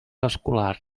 escolar